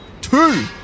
Two